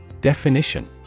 Definition